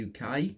uk